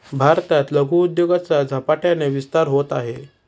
भारतात लघु उद्योगाचा झपाट्याने विस्तार होत आहे